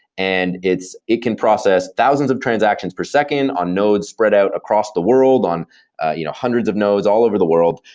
and it can process thousands of transactions per second on nodes spread out across the world on you know hundreds of nodes all over the world,